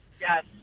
Yes